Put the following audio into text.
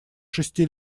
шести